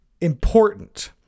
important